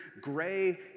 gray